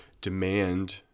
demand